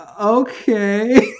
okay